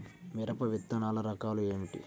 మిరప విత్తనాల రకాలు ఏమిటి?